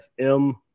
fm